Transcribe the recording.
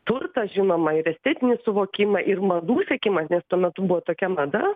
turtą žinoma ir estetinį suvokimą ir madų sekimą nes tuo metu buvo tokia mada